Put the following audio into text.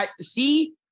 See